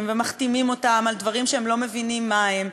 ומחתימים אותם על דברים שהם לא מבינים מה הם,